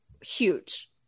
huge